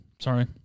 Sorry